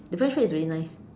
the French food is very nice